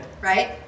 Right